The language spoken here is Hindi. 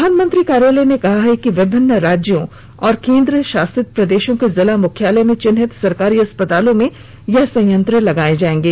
प्रधानमंत्री कार्यालय ने कहा है कि विभिन्न राज्यों और केंद्र शासित प्रदेशों के जिला मुख्यालय में चिन्हित सरकारी अस्पतालों में यह संयंत्र लगाए जाएंगे